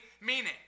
meaning